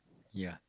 ya